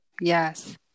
yes